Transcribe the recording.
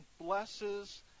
blesses